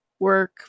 work